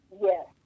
Yes